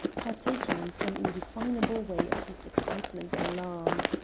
partaking in some indefinable way of his excitement and alarm.